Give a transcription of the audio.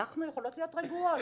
אנחנו יכולות להיות רגועות,